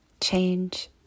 change